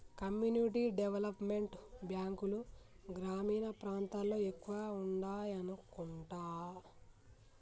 community development బ్యాంకులు గ్రామీణ ప్రాంతాల్లో ఎక్కువగా ఉండాయనుకుంటా